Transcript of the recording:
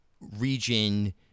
region